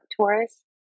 Taurus